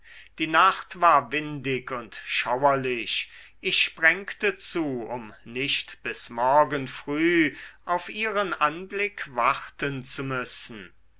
die nacht war windig und schauerlich ich sprengte zu um nicht bis morgen früh auf ihren anblick warten zu müssen